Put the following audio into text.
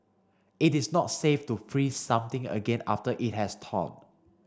it is not safe to freeze something again after it has thawed